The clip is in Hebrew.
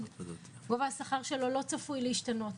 גובה השכר שלו לא צפוי להשתנות,